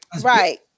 right